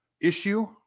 issue